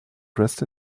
dressed